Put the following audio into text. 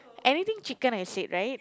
anything chicken I said right